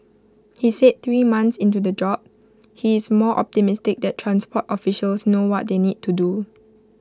he said three months into the job he is more optimistic that transport officials know what they need to do